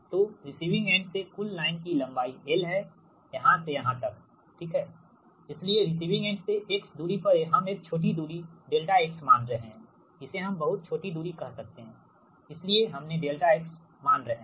तो receiving end से कुल लाइन की लंबाई l है यहां से यहां तक इसलिए रिसिविंग एंड से xदूरी पर हम एक छोटी दूरी ∆x मान रहे हैं इसे हम बहुत छोटी दूरी कह सकते हैं इसलिए हम ∆x मान रहे हैं